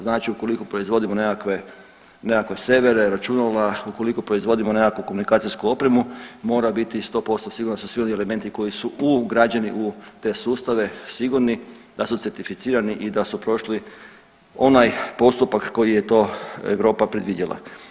Znači ukoliko proizvodimo nekakve servere, računala, ukoliko proizvodimo nekakvu komunikacijsku opremu, mora biti 100% sigurna da su svi oni elementi koji su ugrađeni u te sustave sigurni, da su certificirani i da su prošli onaj postupak koji je to Europa predvidjela.